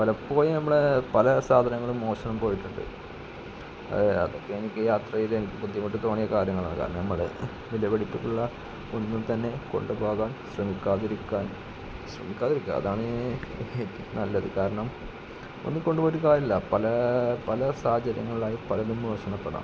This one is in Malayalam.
പലപ്പോഴും നമ്മള പല സാധനങ്ങളും മോഷണം പോയിട്ടുണ്ട് അതൊക്കെ എനിക്ക് യാത്രയിലെനിക്ക് ബുദ്ധിമുട്ട് തോന്നിയ കാര്യങ്ങളാണ് കാരണം നമ്മള വിലപിടിപ്പുള്ള ഒന്നും തന്നെ കൊണ്ട് പോകാൻ ശ്രമിക്കാതിരിക്കാൻ ശ്രമിക്കാതിരിക്കാം അതാണ് നല്ലത് കാരണം ഒന്നും കൊണ്ട് പോയിട്ട് കാര്യമില്ല പല പല സാഹചര്യങ്ങളിലായി പലതും നഷ്ടപ്പെടാം